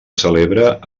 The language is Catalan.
celebra